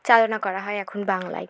চালনা করা হয় এখন বাংলায়